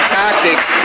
tactics